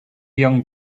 young